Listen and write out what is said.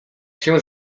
się